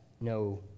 no